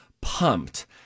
pumped